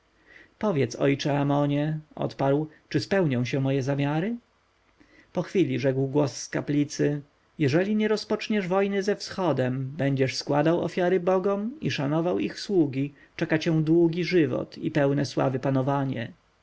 powiedz ojcze amonie odparł czy spełnią się moje zamiary po chwili rzekł głos z kaplicy jeżeli nie rozpoczniesz wojny ze wschodem będziesz składał ofiary bogom i szanował ich sługi czeka cię długi żywot i pełne sławy panowanie